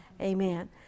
Amen